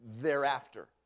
thereafter